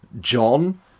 John